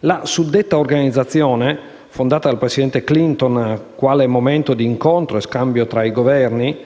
La suddetta organizzazione, fondata dal presidente Clinton quale momento di incontro e scambio tra i Governi,